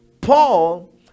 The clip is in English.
Paul